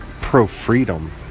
pro-freedom